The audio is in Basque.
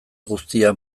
guztia